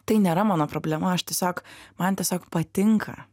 tai nėra mano problema aš tiesiog man tiesiog patinka